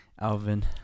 Alvin